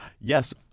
Yes